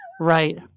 right